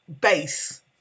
base